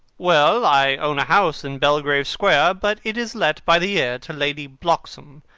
well, i own a house in belgrave square, but it is let by the year to lady bloxham.